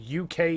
UK